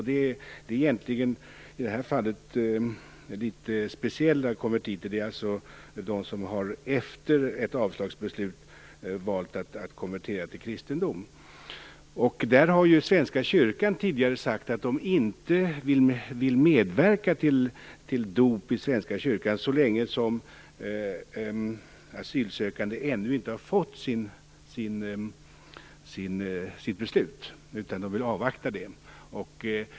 Det är alltså i detta fall fråga om litet speciella konvertiter, alltså de som efter ett avslagsbeslut har valt att konvertera till kristendom. Svenska kyrkan har tidigare sagt att den inte vill medverka till dop i Svenska kyrkan så länge som asylsökande ännu inte har fått sitt beslut. Man vill avvakta det.